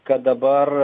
kad dabar